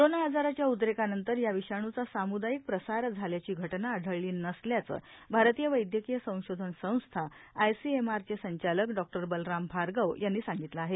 corona आजाराच्या उद्रेकानंतर या विषाणुचा सामुदायिक प्रसार झाल्याची घटना आढळली नसल्याचं भारतीय वैदयकीय संशोधन संस्था आयसीएमआरचे संचालक डॉ बलराम भार्गव यांनी सांगितलं आहे